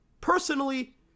Personally